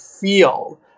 feel